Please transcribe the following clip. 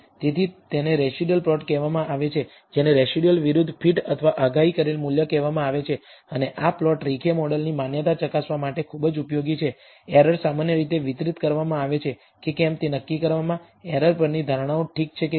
તેથી તેને residual plot કહેવામાં આવે છે જેને રેસિડયુઅલ વિરુદ્ધ ફીટ અથવા આગાહી કરેલ મૂલ્ય કહેવામાં આવે છે અને આ પ્લોટ રેખીય મોડેલની માન્યતા ચકાસવા માટે ખૂબ જ ઉપયોગી છે એરર સામાન્ય રીતે વિતરિત કરવામાં આવે છે કે કેમ તે નક્કી કરવામાં એરર પરની ધારણાઓ ઠીક છે કે કેમ